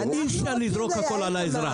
אי אפשר לזרוק הכול על האזרח.